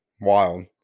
wild